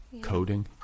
Coding